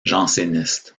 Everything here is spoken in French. janséniste